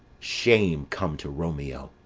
shame come to romeo!